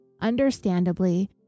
understandably